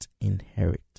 inherit